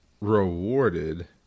rewarded